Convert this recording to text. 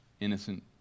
innocent